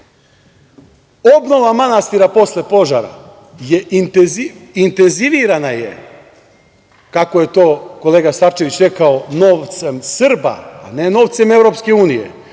manastira posle požara je intenzivirana, kako je to kolega Starčević rekao, novcem Srba a ne novcem EU. Da li